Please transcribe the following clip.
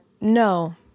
no